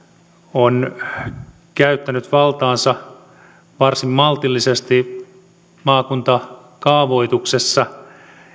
on käyttänyt valtaansa varsin maltillisesti maakuntakaavoituksessa